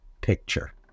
picture